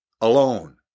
alone